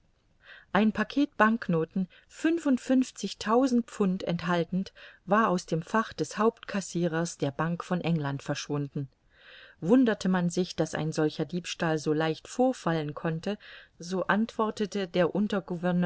ein packet banknoten fünfundfünfzigtausend pfund enthaltend war aus dem fach des hauptcassirers der bank von england verschwunden wunderte man sich daß ein solcher diebstahl so leicht vorfallen konnte so antwortete der